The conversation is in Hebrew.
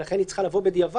ולכן היא צריכה לבוא בדיעבד,